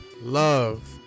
Love